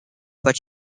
but